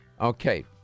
Okay